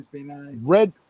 Red